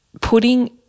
putting